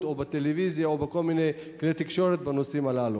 או בטלוויזיה או בכל מיני כלי תקשורת בנושאים הללו.